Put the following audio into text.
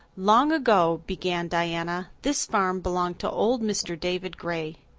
long ago, began diana, this farm belonged to old mr. david gray.